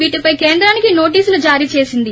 వీటిపై కేంద్రానికి నోటీసులు జారీ చేసింది